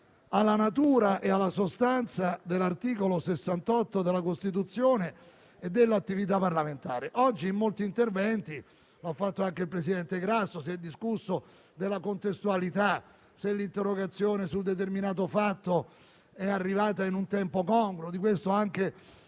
alla natura e alla sostanza dell'articolo 68 della Costituzione e dell'attività parlamentare. Oggi in molti interventi - lo ho fatto anche il presidente Grasso - si è discusso della contestualità e se l'interrogazione su un determinato fatto sia arrivata in un tempo congruo, profilo di cui anche